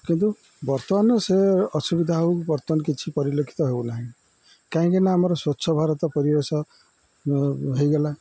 କିନ୍ତୁ ବର୍ତ୍ତମାନ ସେ ଅସୁବିଧା ହଉ ବର୍ତ୍ତମାନ କିଛି ପରିଲକ୍ଷିତ ହେଉ ନାହିଁ କାହିଁକି ନା ଆମର ସ୍ୱଚ୍ଛ ଭାରତ ପରିବେଶ ହେଇଗଲା